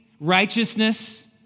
righteousness